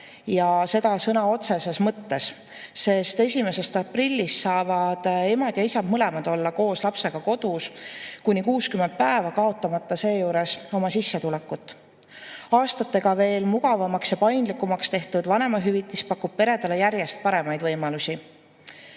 seda sõna otseses mõttes, sest 1. aprillist saavad emad ja isad mõlemad olla koos lapsega kodus kuni 60 päeva, kaotamata seejuures oma sissetulekut. Aastatega veel mugavamaks ja paindlikumaks tehtud vanemahüvitis pakub peredele järjest paremaid võimalusi,